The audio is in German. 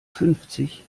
fünfzig